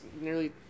nearly